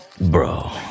Bro